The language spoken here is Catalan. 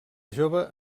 jove